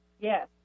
yes